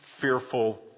fearful